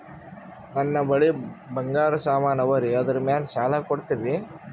ನನ್ನ ಬಳಿ ಬಂಗಾರ ಸಾಮಾನ ಅವರಿ ಅದರ ಮ್ಯಾಲ ಸಾಲ ಕೊಡ್ತೀರಿ?